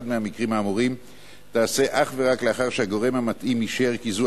מהמקרים האמורים תיעשה אך ורק לאחר שהגורם המתאים אישר כי זו